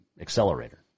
accelerator